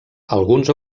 alguns